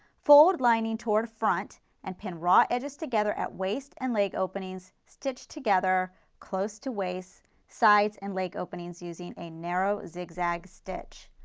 fold lining toward front and pin raw edges together at waist and leg openings, stitch together close to waist sides and leg openings using a narrow zigzag stitch.